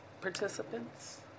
participants